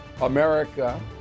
America